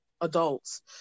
adults